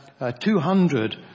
200